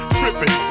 tripping